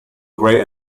grey